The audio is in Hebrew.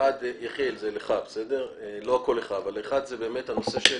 אחד זה באמת הנושא של